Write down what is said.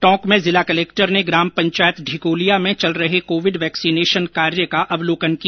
टोंक में जिला कलक्टर ने ग्रामपंचायत ढिकोलिया में चल रहे कोविड वैक्सीनेशन कार्य का अवलोकन किया